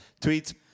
Tweets